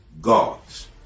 gods